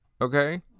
okay